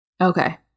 Okay